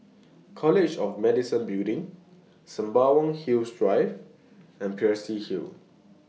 College of Medicine Building Sembawang Hills Drive and Peirce Hill